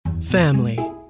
Family